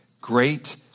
great